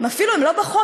הם אפילו לא בחוק,